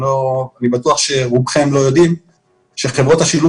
אני בטוח שרובכם לא יודעים שחברות השילוט